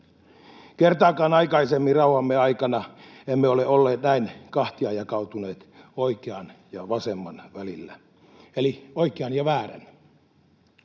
Kertaakaan aikaisemmin rauhamme aikana emme ole olleet näin kahtiajakautuneet oikean ja vasemman välillä, eli oikean ja väärän.